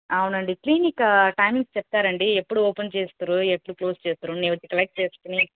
అవును అండి clinic timings చెప్తారా అండి ఎప్పుడు ఓపెన్ చేస్తారు ఎప్పుడు క్లోజ్ చేస్తారు నేను వచ్చి కలెక్ట్ చేసుకొని